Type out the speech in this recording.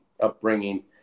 upbringing